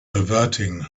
averting